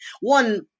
One